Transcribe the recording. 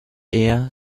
ear